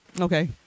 Okay